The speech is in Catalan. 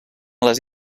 les